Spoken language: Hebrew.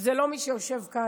זה לא מי שיושב כאן.